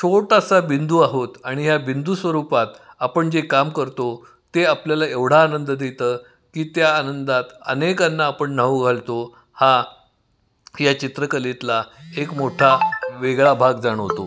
छोटासा बिंदू आहोत आणि या बिंदू स्वरूपात आपण जे काम करतो ते आपल्याला एवढा आनंद देतं की त्या आनंदात अनेकांना आपण न्हाऊ घालतो हा या चित्रकलेतला एक मोठा वेगळा भाग जाणवतो